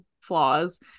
flaws